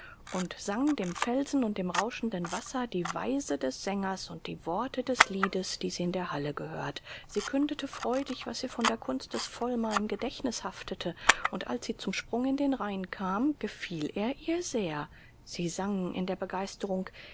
und sang dem felsen und dem rauschenden wasser die weise des sängers und die worte des liedes die sie in der halle gehört sie kündete freudig was ihr von der kunst des volkmar im gedächtnis haftete und als sie zum sprung in den rhein kam gefiel er ihr sehr sie sang in der begeisterung